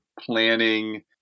planning